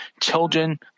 children